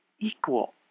equal